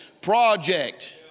Project